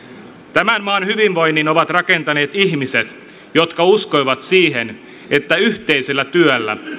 tämän maan hyvinvoinnin ovat rakentaneet ihmiset jotka uskoivat siihen että yhteisellä työllä